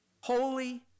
holy